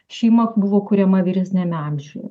šeima buvo kuriama vyresniame amžiuje